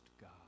God